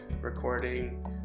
recording